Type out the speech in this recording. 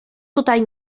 tutaj